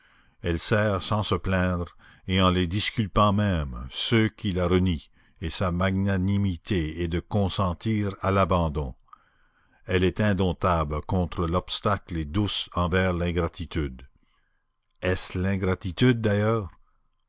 elle sert sans se plaindre et en les disculpant même ceux qui la renient et sa magnanimité est de consentir à l'abandon elle est indomptable contre l'obstacle et douce envers l'ingratitude est-ce l'ingratitude d'ailleurs